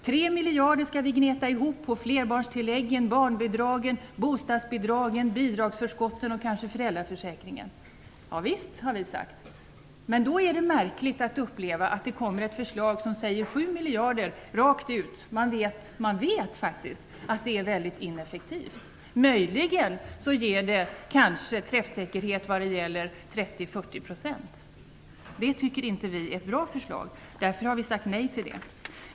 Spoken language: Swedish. Tre miljarder skall vi gneta ihop på flerbarnstilläggen, barnbidragen, bostadsbidragen, bidragsförskotten och kanske föräldraförsäkringen. Vi har sagt ja till det. Men då är det märkligt att uppleva att det kommer ett förslag om att sju miljarder skall gå rakt ut. Man vet faktiskt att detta är mycket ineffektivt. Det ger möjligen träffsäkerhet när det gäller 30-40 %. Vi tycker inte att det är ett bra förslag. Därför har vi sagt nej till det.